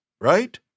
right